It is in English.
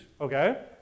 Okay